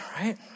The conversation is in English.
right